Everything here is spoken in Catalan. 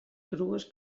crues